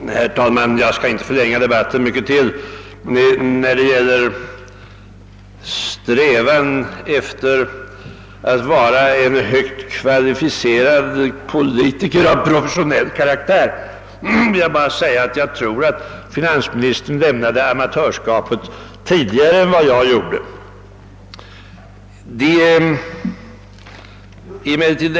Herr talman! Jag skall inte förlänga denna debatt mycket mer. Vad beträffar min påstådda strävan efter att vara en högt kvalificerad politiker av professionell karaktär vill jag säga att finansministern väl lämnade amatörskapet tidigare än jag gjorde.